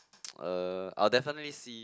uh I'll definitely see